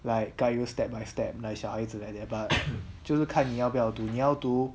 like guide you step by step like 小孩子 like that but 就是看你要不要读你要读